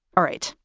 all right.